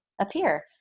appear